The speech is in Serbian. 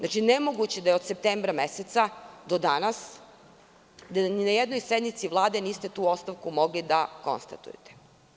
Nemoguće je da od septembra meseca do danas ni na jednoj sednici Vlade niste tu ostavku mogli da konstatujete.